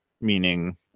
Meaning